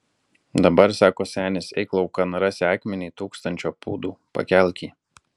dabar sako senis eik laukan rasi akmenį tūkstančio pūdų pakelk jį